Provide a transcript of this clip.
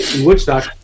Woodstock